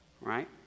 right